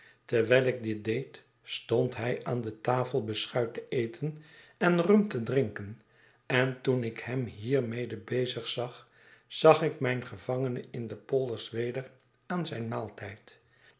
terwijl ik dit deed stond hij aan de tafel beschuit te eten en rum te drinken en toen ik hem hiermede bezig zag zag ik mijn gevangene in de polders weder aan zijn maaltijd